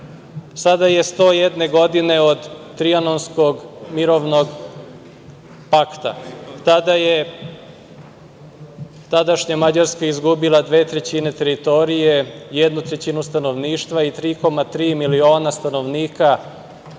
je 101 godina od Trijanonskog mirovnog pakta. Tada je tadašnja Mađarska izgubila dve trećine teritorije, jednu trećinu stanovništva i 3,3 miliona stanovnika